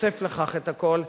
ותוסיף לכך את הכול,